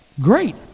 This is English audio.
great